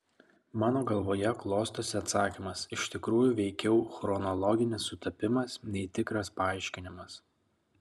mano galvoje klostosi atsakymas iš tikrųjų veikiau chronologinis sutapimas nei tikras paaiškinimas